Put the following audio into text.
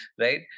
right